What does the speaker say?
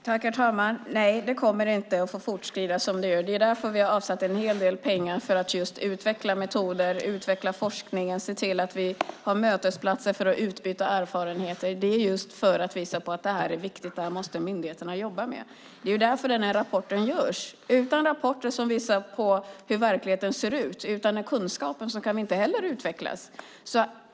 Herr talman! Nej, det kommer inte att få fortskrida som det gör. Det är därför vi har avsatt en hel del pengar för att just utveckla metoder, utveckla forskningen och se till att vi har mötesplatser för att utbyta erfarenheter. Det är just för att visa på att det här är viktigt och att myndigheterna måste jobba med det. Det är därför rapporten görs. Utan rapporter som visar hur verkligheten ser ut och utan den kunskapen kan vi inte heller utvecklas.